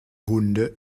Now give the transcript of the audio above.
hunde